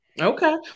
Okay